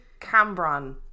Cambron